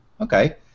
Okay